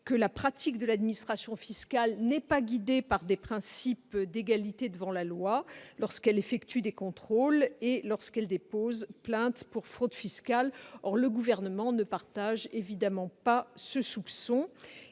que la pratique de l'administration fiscale n'est pas guidée par le principe d'égalité devant la loi, lorsqu'elle effectue des contrôles et lorsqu'elle dépose plainte pour fraude fiscale. Or le Gouvernement ne partage évidemment pas ce soupçon.